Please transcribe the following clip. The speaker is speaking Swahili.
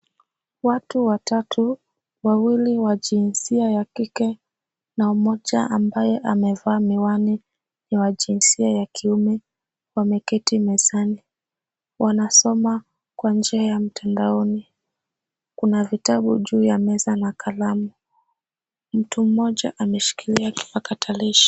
Watu watatu, wawili wa jinsia ya kike na mmoja ambaye amevaa miwani ni wa jinsia ya kiume wameketi mezani, wanasoma kwa njia ya mtandaoni. kuna vitabu juu ya meza na kalamu. Mtu mmoja ameshikilia kipakatalishi.